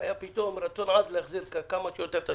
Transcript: היה רצון להחזיר כמה שיותר.